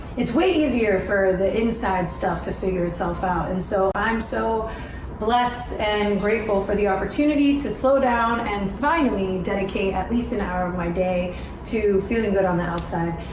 is way easier for the inside stuff to work itself out. and so i am so blessed and grateful for the opportunity to slow down and finally dedicate at least an hour of my day to feeling good on the outside.